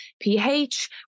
pH